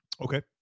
Okay